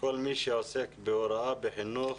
כל מי שעוסק בהוראה וחינוך,